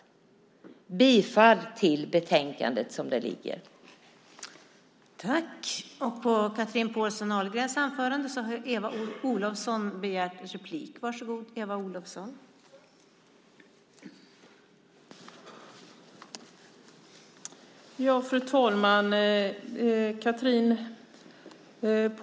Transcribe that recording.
Jag yrkar bifall till förslaget i betänkandet som det ser ut.